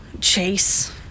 chase